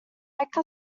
like